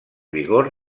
vigor